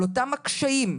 על אותם הקשיים,